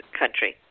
country